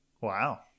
wow